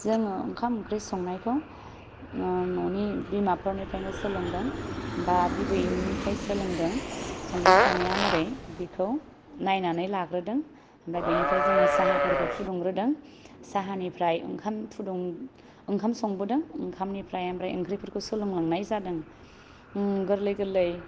जोङो ओंखाम ओंख्रि संनायखौ ओम न'नि बिमाफोरनिफ्रायनो सोलोंदों बा बिबैमोननिफ्रय सोलोंदों संनाय खावनाया मारै बेखौ नायनानै लाग्रोदों ओमफ्राय बेनिफ्राय जोङो साहाफोरखौ फुदुंग्रोदों साहानिफ्राय ओंखाम ओंखाम संबोदों ओंखामनिफ्राय ओमफ्राय ओंख्रिफोरखौ सोलोंलांनाय जादों ओम गोरलै गोरलै